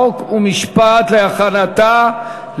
חוק ומשפט נתקבלה.